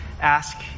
ask